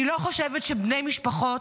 אני לא חושבת שבני משפחות,